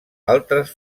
altres